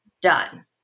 done